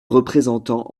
représentants